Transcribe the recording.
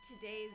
today's